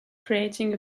creating